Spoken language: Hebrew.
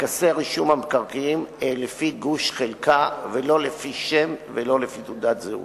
פנקסי רישום המקרקעין לפי גוש-חלקה ולא לפי שם ולא לפי תעודת זהות.